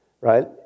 right